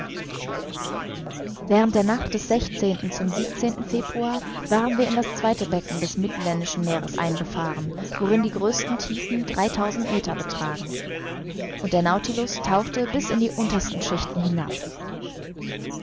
während der nacht des zum februar waren wir in das zweite becken des mittelländischen meeres eingefahren worin die größten tiefen dreitausend meter betragen und der nautilus tauchte bis in die untersten schichten hinab